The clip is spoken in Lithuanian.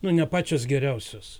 nu ne pačios geriausios